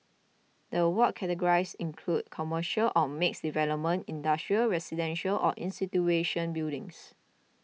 the award categories include commercial or mixed development industrial residential and institutional buildings